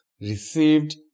received